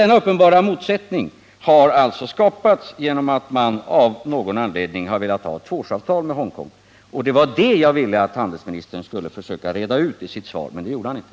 Denna uppenbara motsättning har alltså skapats genom att man av någon anledning har velat ha ett tvåårsavtal med Hongkong. Det var detta jag ville att handelsministern skulle försöka reda ut i sitt svar, men det gjorde han inte.